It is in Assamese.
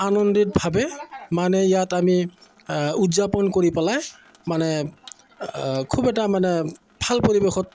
আনন্দিতভাৱে মানে ইয়াত আমি উদযাপন কৰি পেলাই মানে খুব এটা মানে ভাল পৰিৱেশত